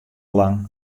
lang